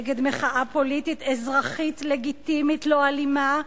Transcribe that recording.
נגד מחאה פוליטית אזרחית לגיטימית, לא אלימה,